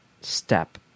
step